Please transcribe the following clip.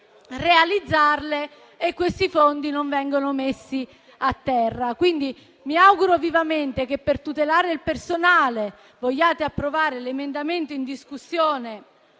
realizzarle, questi fondi non vengono messi a terra. Mi auguro vivamente che per tutelare il personale vogliate approvare l'emendamento 5.0.115 sul